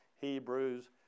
Hebrews